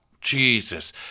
Jesus